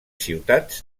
ciutats